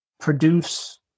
produce